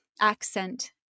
accent